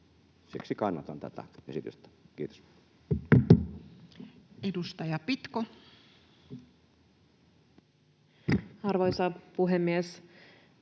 Siksi kannatan tätä esitystä. — Kiitos. Edustaja Pitko. Arvoisa puhemies!